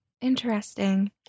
Interesting